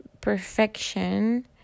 perfection